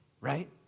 right